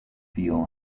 feel